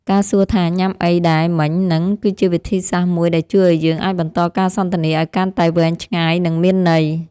ការសួរថាញ៉ាំអីដែរមិញហ្នឹងគឺជាវិធីសាស្ត្រមួយដែលជួយឱ្យយើងអាចបន្តការសន្ទនាឱ្យកាន់តែវែងឆ្ងាយនិងមានន័យ។